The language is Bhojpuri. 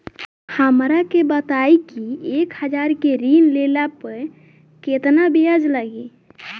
हमरा के बताई कि एक हज़ार के ऋण ले ला पे केतना ब्याज लागी?